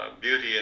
beauty